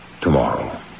tomorrow